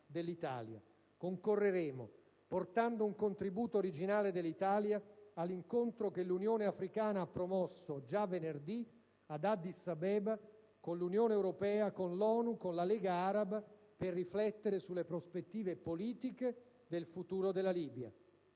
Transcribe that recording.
Concorreremo portando un contributo originale dell'Italia all'incontro che l'Unione africana ha promosso venerdì prossimo ad Addis Abeba con l'Unione europea, l'ONU e la Lega araba per riflettere sulle prospettive politiche del futuro della Libia.